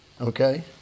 Okay